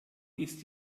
ist